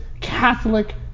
Catholic